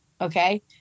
Okay